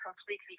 completely